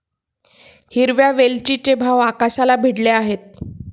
हिरव्या वेलचीचे भाव आकाशाला भिडले आहेत